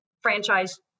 franchise